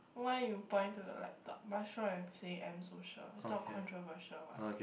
why you point to the laptop what's wrong with saying M Social it's not controversial what